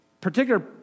particular